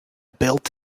built